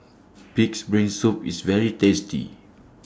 Pig'S Brain Soup IS very tasty